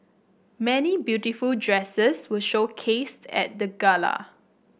many beautiful dresses were showcased at the gala